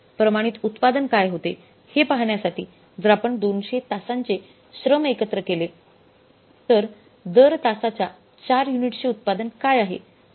प्रमाणित उत्पादन काय होते हे पाहण्यासाठी जर आपण 200 तासांचे श्रम एकत्र केले तर दर तासाच्या 4 युनिट्सचे उत्पादन काय आहे